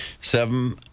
Seven